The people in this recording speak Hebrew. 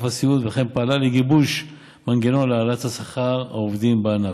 הסיעוד וכן פעלה לגיבוש מנגנון להעלאת שכר העובדים בענף.